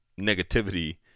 negativity